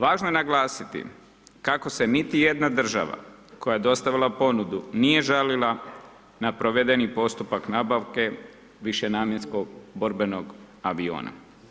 Važno je naglasiti kako se niti jedna država koje je dostavila ponudu, nije žalila na provedeni postupak nabavke višenamjenskog borbenog aviona.